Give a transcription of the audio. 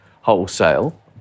wholesale